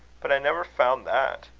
but i never found that.